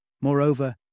Moreover